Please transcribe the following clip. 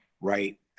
right